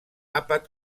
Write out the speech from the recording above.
àpat